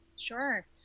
Sure